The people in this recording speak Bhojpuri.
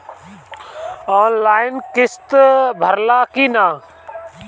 आनलाइन किस्त भराला कि ना?